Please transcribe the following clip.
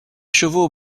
chevaux